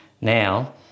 Now